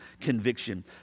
conviction